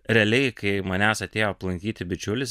realiai kai manęs atėjo aplankyti bičiulis